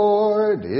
Lord